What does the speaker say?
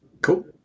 Cool